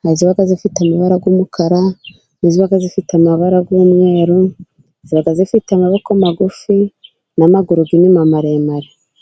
hari iziba zifite amabara y'umukara n'iziba zifite amabara y'umweru, ziba zifite amaboko magufi n'amaguru y'inyuma maremare.